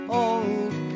old